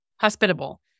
hospitable